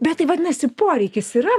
bet tai vadinasi poreikis yra